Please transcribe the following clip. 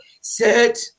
Sit